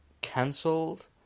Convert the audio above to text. cancelled